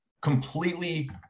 completely